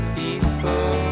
people